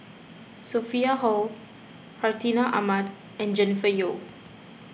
Sophia Hull Hartinah Ahmad and Jennifer Yeo